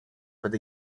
под